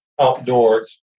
outdoors